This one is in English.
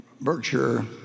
Berkshire